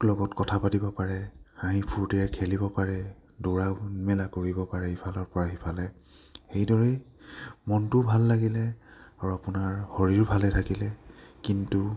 লগত কথা পাতিব পাৰে হাঁহি ফূৰ্তিৰে খেলিব পাৰে দৌৰা মেলা কৰিব পাৰে ইফালৰ পৰা সিফালে সেইদৰেই মনটোও ভাল লাগিলে আৰু আপোনাৰ শৰীৰো ভালে থাকিলে কিন্তু